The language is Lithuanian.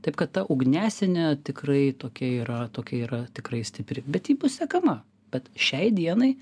taip kad ta ugniasienė tikrai tokia yra tokia yra tikrai stipri bet ji bus sekama bet šiai dienai